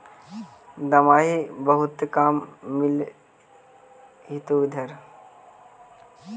दमाहि बहुते काम मिल होतो इधर?